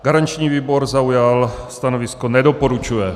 Garanční výbor zaujal stanovisko nedoporučuje.